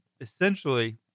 essentially –